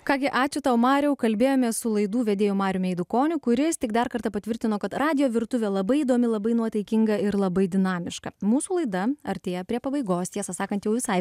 ką gi ačiū tau mariau kalbėjomės su laidų vedėju mariumi eidukoniu kuris tik dar kartą patvirtino kad radijo virtuvė labai įdomi labai nuotaikinga ir labai dinamiška mūsų laida artėja prie pabaigos tiesą sakant jau visai